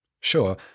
sure